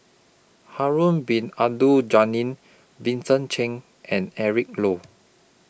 Harun Bin Abdul Ghani Vincent Cheng and Eric Low